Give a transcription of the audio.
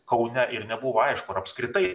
kaune ir nebuvo aišku ar apskritai